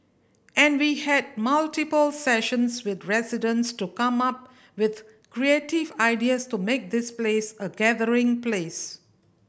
and we had multiple sessions with residents to come up with creative ideas to make this place a gathering place